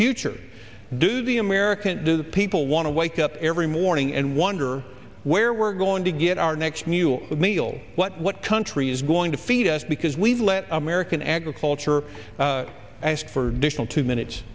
future do the american people want to wake up every morning and wonder where we're going to get our next mule meal what country is going to feed us because we've let american agriculture as for digital two minutes